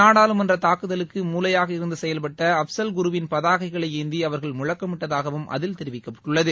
நாடாளுமன்ற தாக்குதலுக்கு மூளையாக இருந்து செயல்பட்ட அப்சல்குரு வின் பதாகைகளை ஏந்தி அவர்கள் முழக்கமிட்டதாகவும் அதில் தெரிவிக்கப்பட்டுள்ளது